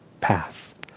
path